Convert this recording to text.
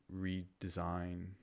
redesign